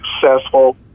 successful